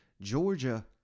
Georgia